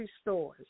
stores